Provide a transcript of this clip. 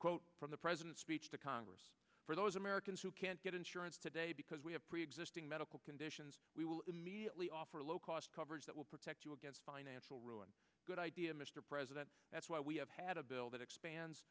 quote from the president's speech to congress for those americans who can't get insurance today because we have preexisting medical conditions we will immediately offer low cost coverage that will protect you against financial ruin a good idea mr president that's why we have had a bill that expands